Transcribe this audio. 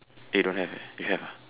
eh don't have you have ah